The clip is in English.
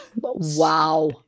Wow